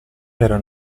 era